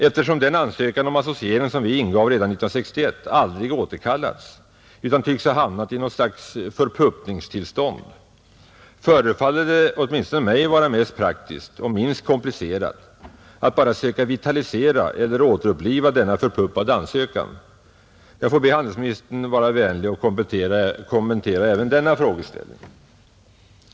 Eftersom den ansökan om associering som vi ingav redan 1961 aldrig återkallats utan tycks ha hamnat i något slags förpuppningstillstånd, förefaller det åtminstone mig vara mest praktiskt och minst komplicerat att bara söka vitalisera eller återuppliva denna förpuppade ansökan, Jag får be handelsministern att vara vänlig kommentera även denna frågeställning.